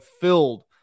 filled